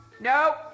No